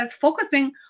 focusing